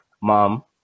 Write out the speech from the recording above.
mom